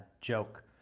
joke